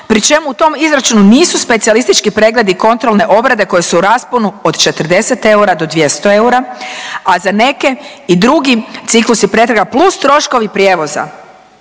pri čemu u tom izračunu nisu specijalistički pregledi i kontrolne obrade koje su u rasponu od 40 eura do 200 eura, a za neke i drugi ciklusi pretraga plus troškovi prijevoza